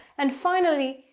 and finally,